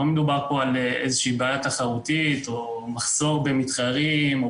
לא מדובר פה על בעיה תחרותית או מחסור במתחרים או